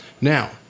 Now